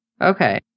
Okay